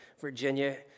Virginia